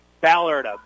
Ballard